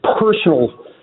personal